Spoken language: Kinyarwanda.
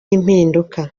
impinduka